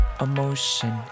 emotion